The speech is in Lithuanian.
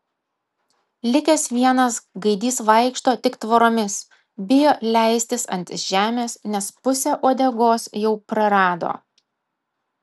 likęs vienas gaidys vaikšto tik tvoromis bijo leistis ant žemės nes pusę uodegos jau prarado